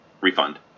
Refund